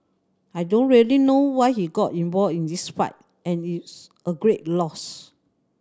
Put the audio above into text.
I don't really know why he got involved in this fight and it's a great loss